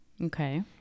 Okay